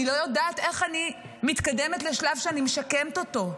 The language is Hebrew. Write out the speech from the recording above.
אני לא יודעת איך אני מתקדמת לשלב שאני משקמת אותו.